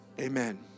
Amen